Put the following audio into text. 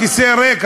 הכיסא ריק,